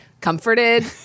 comforted